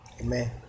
Amen